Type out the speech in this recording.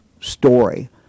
story